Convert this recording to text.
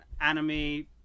anime